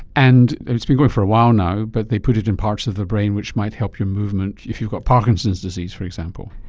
and it's been going for a while now, but they put it in parts of the brain which might help your movement if you've got parkinson's disease, for example.